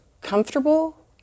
comfortable